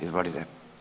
Izvolite.